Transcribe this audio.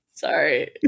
Sorry